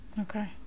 Okay